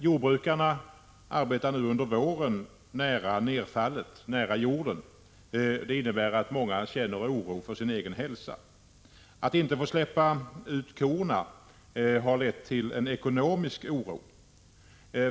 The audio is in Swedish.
Nu under våren arbetar jordbrukarna nära jorden, nära nedfallet. Det innebär att många känner oro för sin egen hälsa. Att de inte får släppa ut korna har också lett till en ekonomisk oro.